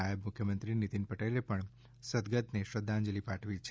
નાયબ મુખ્યમંત્રી નિતિનભાઇ પટેલે પણ સદગતને શ્રધ્ધાંજલી પાઠવી છે